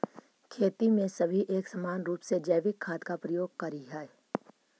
खेती में सभी एक समान रूप से जैविक खाद का प्रयोग करियह